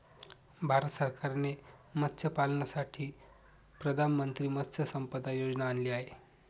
भारत सरकारने मत्स्यपालनासाठी प्रधानमंत्री मत्स्य संपदा योजना आणली आहे